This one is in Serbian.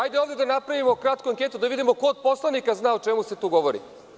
Ajde ovde da napravimo kratku anketu da vidimo ko od poslanika zna o čemu se tu govori.